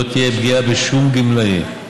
לא תהיה פגיעה בשום גמלאי.